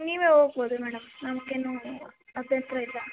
ನೀವೇ ಹೋಗ್ಬೌದು ಮೇಡಮ್ ನಮಗೇನೂ ಅಭ್ಯಂತರ ಇಲ್ಲ